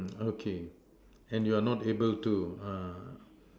okay and you're not able to uh